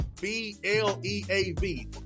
B-L-E-A-V